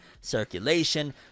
circulation